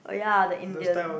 oh ya the Indian